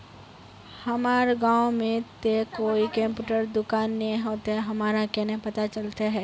हमर गाँव में ते कोई कंप्यूटर दुकान ने है ते हमरा केना पता चलते है?